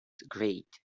great